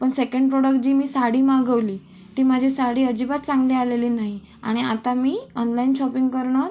पण second product जी मी साडी मागवली ती माझी साडी अजिबात चांगली आलेली नाही आणि आता मी ऑनलाईन शॉपिंग करणं